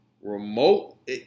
remote